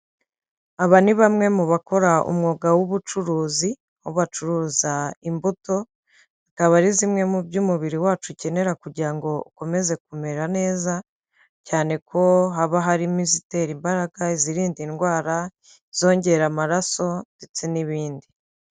Aba ni bamwe mu bakora umwuga w'ubucuruzi, aho bacuruza imbuto, akaba ari zimwe mu byo umubiri wacu ukenera kugira ngo ukomeze kumera neza, cyane ko haba harimo izitera imbaraga, izirinda indwara, izongera amaraso ndetse n'ibindi.